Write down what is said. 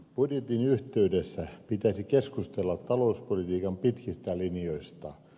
budjetin yhteydessä pitäisi keskustella talouspolitiikan pitkistä linjoista